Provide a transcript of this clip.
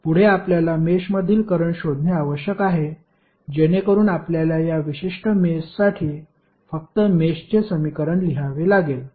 पुढे आपल्याला मेषमधील करंट शोधणे आवश्यक आहे जेणेकरून आपल्याला या विशिष्ट मेषसाठी फक्त मेषचे समीकरण लिहावे लागेल